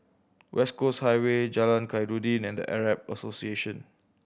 West Coast Highway Jalan Khairuddin and The Arab Association